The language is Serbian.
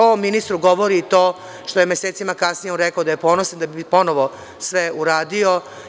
Ovo o ministru govori to što je mesecima kasnije on rekao da je ponosan, da bi ponovo sve uradio.